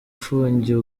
ufungiye